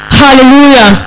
hallelujah